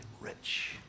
rich